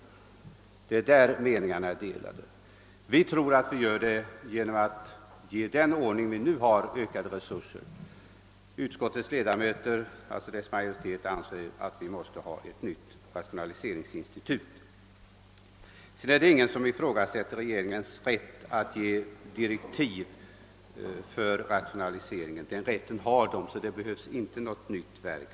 Och det tror vi inom vårt parti att man gör genom att ge nuvarande ordning ökade resurser. Utskottets majo ritet anser emellertid att vi måste inrätta ett nytt rationaliseringsinstitut. Ingen ifrågasätter väl heller regeringens rätt att ge direktiv för den rationaliseringen. Regeringen har sådan rätt. För det behövs inte något nytt verk.